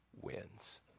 wins